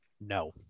No